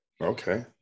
Okay